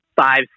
five